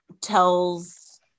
tells